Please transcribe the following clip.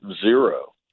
zero